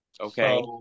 Okay